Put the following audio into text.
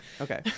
Okay